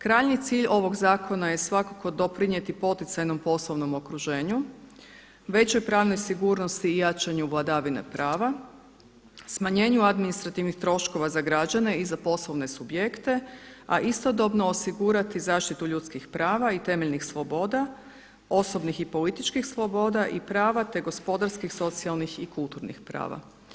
Krajnji cilj ovog zakona je svakako doprinijeti poticajnom poslovnom okruženju, većoj pravnoj sigurnosti i jačanju vladavine prava, smanjenju administrativnih troškova za građane i za poslovne subjekte, a istodobno osigurati zaštitu ljudskih prava i temeljenih sloboda, osobnih i političkih sloboda i prava, te gospodarskih, socijalnih i kulturnih prava.